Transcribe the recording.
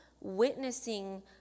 witnessing